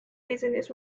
business